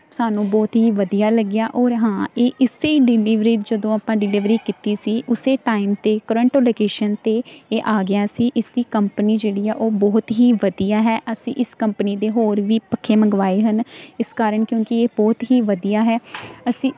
ਸਾਨੂੰ ਬਹੁਤ ਹੀ ਵਧੀਆ ਲੱਗਿਆ ਔਰ ਹਾਂ ਇਹ ਇਸੇ ਡਿਲੀਵਰੀ ਜਦੋਂ ਆਪਾਂ ਡਿਲੀਵਰੀ ਕੀਤੀ ਸੀ ਉਸੇ ਟਾਈਮ 'ਤੇ ਕਰੰਟ ਲੋਕੇਸ਼ਨ 'ਤੇ ਇਹ ਆ ਗਿਆ ਸੀ ਇਸ ਦੀ ਕੰਪਨੀ ਜਿਹੜੀ ਆ ਉਹ ਬਹੁਤ ਹੀ ਵਧੀਆ ਹੈ ਅਸੀਂ ਇਸ ਕੰਪਨੀ ਦੇ ਹੋਰ ਵੀ ਪੱਖੇ ਮੰਗਵਾਏ ਹਨ ਇਸ ਕਾਰਨ ਕਿਉਂਕਿ ਇਹ ਬਹੁਤ ਹੀ ਵਧੀਆ ਹੈ ਅਸੀਂ